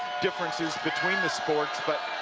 differences between the sport. but